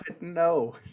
no